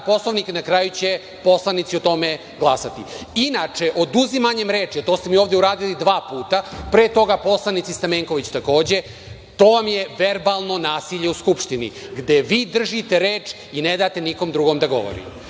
Poslovnik. Na kraju će poslanici o tome glasati. Inače, oduzimanjem reči, a to ste mi ovde uradili dva puta, pre toga poslanici Stamenković takođe, to vam je verbalno nasilje u Skupštini, gde vi držite reč i ne date nikom drugom da govori. Znači,